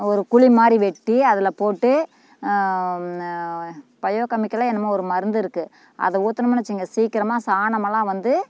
ஒரு குழிமாரி வெட்டி அதில் போட்டு பயோகெமிக்கலோ என்னமோ ஒரு மருந்து இருக்கு அதை ஊற்றுனமுன்னு வச்சிக்ங்க சீக்கரமாக சாணமெல்லாம் வந்து